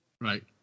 Right